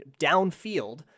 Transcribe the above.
downfield